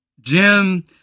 Jim